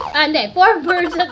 and four birds